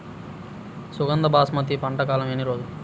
సుగంధ బాస్మతి పంట కాలం ఎన్ని రోజులు?